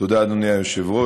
תודה, אדוני היושב-ראש.